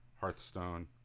Hearthstone